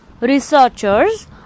Researchers